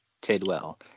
Tidwell